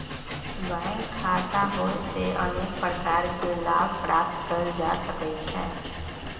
bank खता होयेसे अनेक प्रकार के लाभ प्राप्त कएल जा सकइ छै